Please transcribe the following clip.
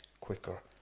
quicker